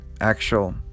actual